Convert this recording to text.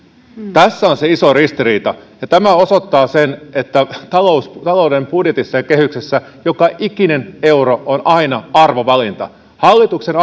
tässä on se iso ristiriita ja tämä osoittaa sen että talouden budjetissa ja kehyksessä joka ikinen euro on aina arvovalinta hallituksen